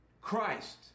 Christ